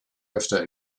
öfter